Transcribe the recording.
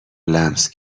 لمس